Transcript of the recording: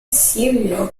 cereal